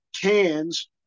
cans